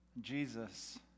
Jesus